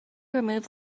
removed